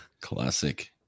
classic